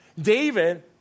David